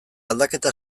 aldaketa